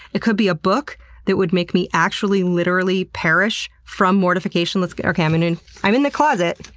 it could be a book that would make me actually literally perish from mortification. let's go. okay, i'm in and i'm in the closet.